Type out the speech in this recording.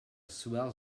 swell